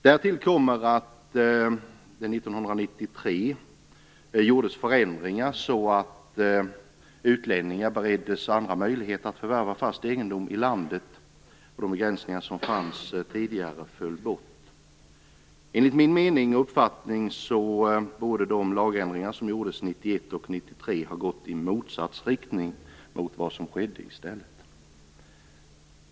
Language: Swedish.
Därtill kommer att det år 1993 gjordes förändringar så att utlänningar bereddes samma möjlighet att förvärva fast egendom i landet och att de begränsningar som fanns tidigare föll bort. Enligt min mening borde de lagändringar som gjordes 1991 och 1993 ha gått i motsatt riktning mot vad de gjorde.